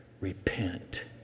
repent